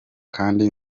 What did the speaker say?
kandi